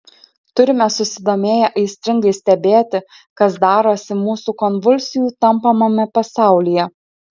turime susidomėję aistringai stebėti kas darosi mūsų konvulsijų tampomame pasaulyje